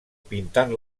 pintant